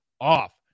off